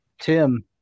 Tim